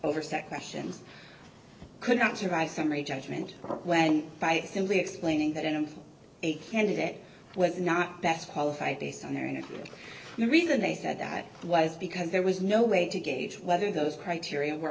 over sequestrations could not survive summary judgment when by simply explaining that in a candidate was not best qualified based on their the reason they said that was because there was no way to gauge whether those criteria were